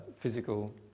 physical